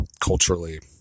culturally